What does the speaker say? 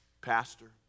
pastor